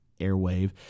airwave